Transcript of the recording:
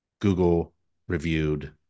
Google-reviewed